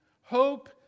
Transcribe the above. hope